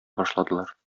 башладылар